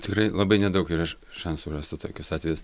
tikrai labai nedaug yra šansų rasti tokius atvejus